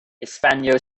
hispano